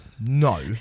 no